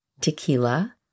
tequila